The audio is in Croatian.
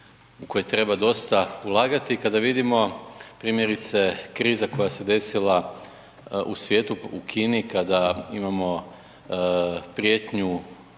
u koji treba dosta ulagati. Kada vidimo primjerice kriza koja se desila u svijetu, u Kini, kada imamo prijetnju